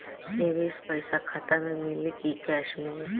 निवेश पइसा खाता में मिली कि कैश मिली?